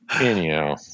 anyhow